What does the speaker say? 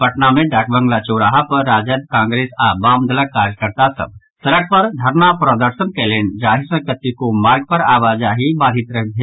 पटना मे डाकबंगला चौराहा पर राजद कांग्रेस आओर वाम दलक कर्यकर्ता सभ सड़क पर धरणा प्रदर्शन कयलनि जाहि सँ कतेको मार्ग पर आवाजाही बाधित भेल